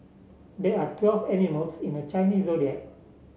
there are twelve animals in the Chinese Zodiac